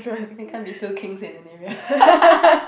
there can't be two kings in an area